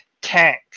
tank